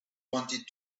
wanted